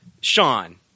Sean